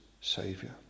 Saviour